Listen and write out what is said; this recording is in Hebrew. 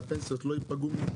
והפנסיות לא ייפגעו בזה?